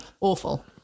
Awful